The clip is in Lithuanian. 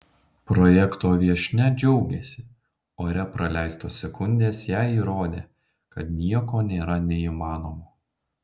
projekto viešnia džiaugėsi ore praleistos sekundės jai įrodė kad nieko nėra neįmanomo